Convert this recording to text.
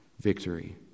victory